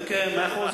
כן, מאה אחוז.